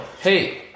Hey